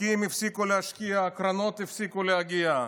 משקיעים הפסיקו להשקיע, קרנות הפסיקו להגיע.